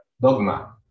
dogma